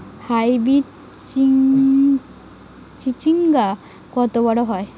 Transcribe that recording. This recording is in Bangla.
হাইব্রিড চিচিংঙ্গা কত বড় হয়?